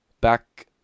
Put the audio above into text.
back